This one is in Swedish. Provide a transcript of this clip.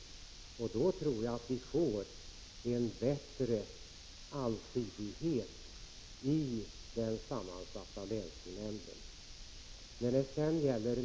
Med den ordningen tror jag att vi får en bättre allsidighet i den sammansatta länsskolnämnden.